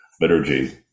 liturgy